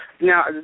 Now